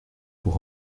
pour